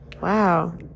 wow